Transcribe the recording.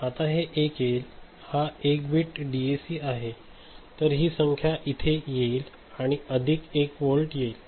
आता हे 1 येईल हा 1 बिट डीएसी आहे तर हि संख्या इथे येईल आणि अधिक 1 वोल्ट येईल